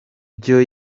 byo